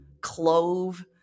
clove